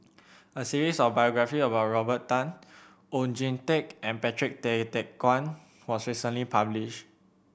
a series of biographies about Robert Tan Oon Jin Teik and Patrick Tay Teck Guan was recently publish